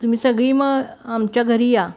तुम्ही सगळी मग अमच्या घरी या